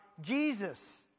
Jesus